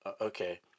okay